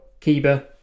Kiba